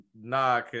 Nah